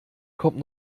kommt